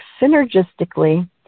synergistically